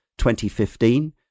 2015